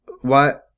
What-